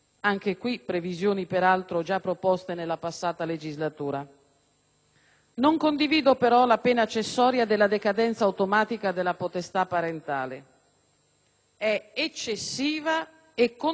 Non condivido, però, la pena accessoria della decadenza automatica dalla potestà parentale. È eccessiva e controproducente: sono assolutamente contraria.